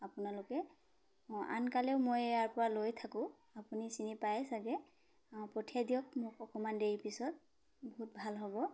আপোনালোকে অঁ আনকালেও মই ইয়াৰপৰা লৈয়ে থাকোঁ আপুনি চিনি পায় চাগে অঁ পঠিয়াই দিয়ক মোক অকমান দেৰিৰ পিছত বহুত ভাল হ'ব